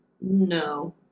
no